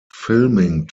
filming